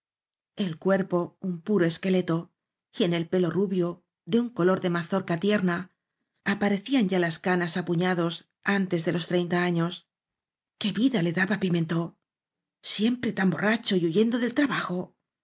el cuerpo un puro esqueleto y en el pelo rubio de un color de mazorca tierna aparecían ya las canas á puñados antes de los treinta años qué vida le daba pimentó siempre tan borracho y huyendo del trabajo